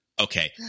okay